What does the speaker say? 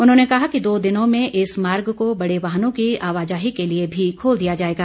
उन्होंने कहा कि दो दिनों में इस मार्ग को बड़े वाहनों की आवाजाही के लिए भी खोल दिया जाएगा